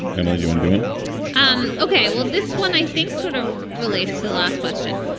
emily you and doing um ok? well, this one, i think, sort of relates to the last question.